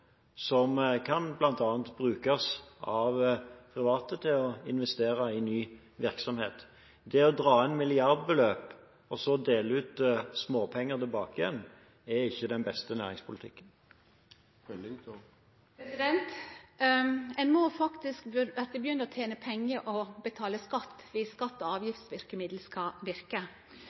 som bl.a. kan brukes av private til å investere i ny virksomhet. Det å dra inn milliardbeløp og så dele ut småpenger tilbake er ikke den beste næringspolitikken. Ein må faktisk begynne å tene pengar og betale skatt viss skatte- og avgiftsverkemiddel skal